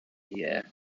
year